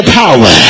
power